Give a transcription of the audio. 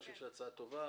אני חושב שההצעה טובה.